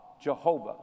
Jehovah